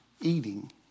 eating